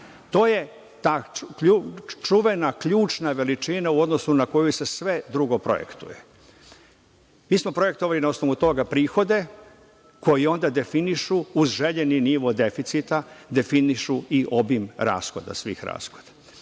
To je ta čuvena, ključna veličina u odnosu na koju se sve drugo projektuje. Mi smo projektovali na osnovu toga prihode koji onda definišu uz željeni nivo deficita, definišu i obim rashoda,